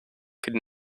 could